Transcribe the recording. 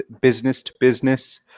business-to-business